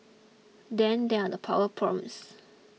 then there are the power problems